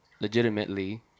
legitimately